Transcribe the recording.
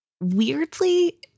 weirdly